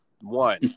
One